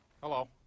hello